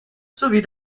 sowie